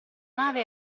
nave